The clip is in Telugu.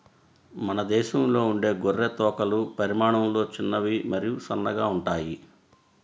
మన దేశంలో ఉండే గొర్రె తోకలు పరిమాణంలో చిన్నవి మరియు సన్నగా ఉంటాయి